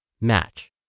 match